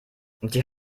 dir